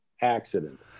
accident